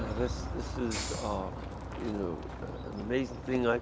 this this is ah you know an amazing thing. like